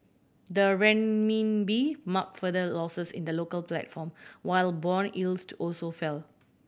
the Renminbi marked further losses in the local platform while bond yields to also fell